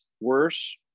worse